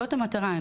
זאת המטרה.